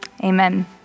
amen